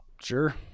Sure